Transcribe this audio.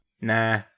Nah